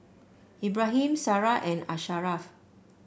Ibrahim Sarah and Asharaff